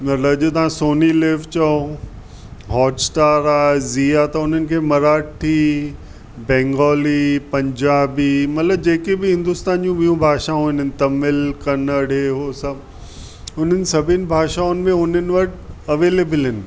मतिलब अॼु तव्हां सोनी लिव चओ हॉटस्टार आहे ज़ी आहे त उन्हनि खे मराठी बेंगोली पंजाबी मतिलबु जेके बि हिंदुस्तानी ॿियूं भाषाऊ आहिनि तमिल कन्नड़ हे हो सभु हुननि सभिनि भाषाउनि में उन्हनि वटि अवेलेबल आहिनि